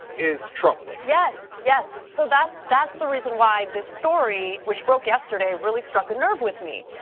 is troubling. yes, yes, so that's that's the reason why this story, which broke yesterday, really struck a nerve with me.